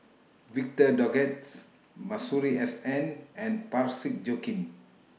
Victor Doggett's Masuri S N and Parsick Joaquim